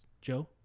Joe